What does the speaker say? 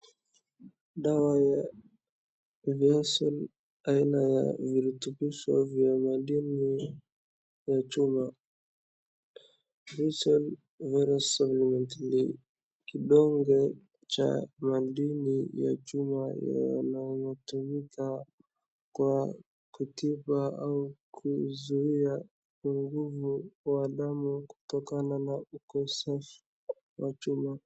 Dawa ya Feosol aina ya virutubisho vya madini ya chuma.[csFeosol tablet ni donge la machuma yanayotumika kutibu au kuzuia nguvu kwa damu kutokana na ukosefu wa chuma.